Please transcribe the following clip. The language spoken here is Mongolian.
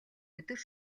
өдөр